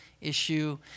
issue